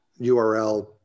URL